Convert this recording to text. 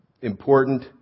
important